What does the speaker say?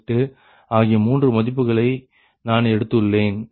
8 ஆகிய மூன்று மதிப்புகளை நான் எடுத்துள்ளேன்